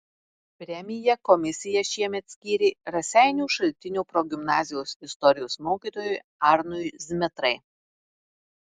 premiją komisija šiemet skyrė raseinių šaltinio progimnazijos istorijos mokytojui arnui zmitrai